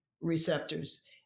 receptors